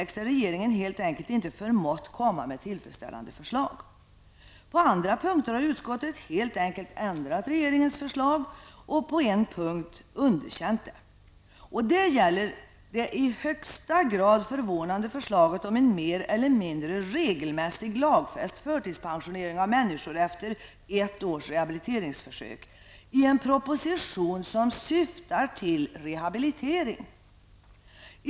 Regeringen har helt enkelt inte förmått komma med tillfredsställande förslag inom stora, viktiga lagkomplex. På andra punkter har utskottet helt enkelt ändrat regeringens förslag och på en punkt underkänt det. Det gäller det i högsta grad förvånande förslaget om en mer eller mindre regelmässig lagfäst förtidspensionering av människor efter ett års rehabiliteringsförsök. Detta framförs i en proposition som syftar till rehabilitering!